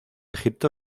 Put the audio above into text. egipto